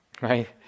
right